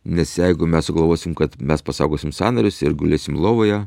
nes jeigu mes sugalvosim kad mes pasaugosim sąnarius ir gulėsim lovoje